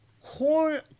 core